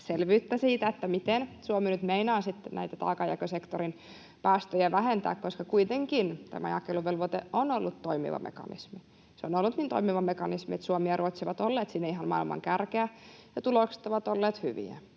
selvyyttä siitä, miten Suomi nyt meinaa sitten näitä taakanjakosektorin päästöjä vähentää, koska kuitenkin tämä jakeluvelvoite on ollut toimiva mekanismi. Se on ollut niin toimiva mekanismi, että Suomi ja Ruotsi ovat olleet siinä ihan maailman kärkeä ja tulokset ovat olleet hyviä.